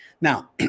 Now